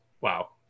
Wow